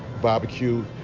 barbecue